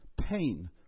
pain